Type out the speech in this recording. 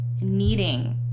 needing